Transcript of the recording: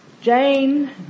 Jane